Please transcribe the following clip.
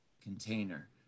container